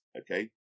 Okay